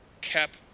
kept